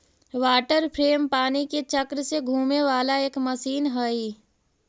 water frame पानी के चक्र से घूमे वाला एक मशीन हई